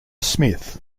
smith